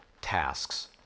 tasks